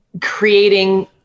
creating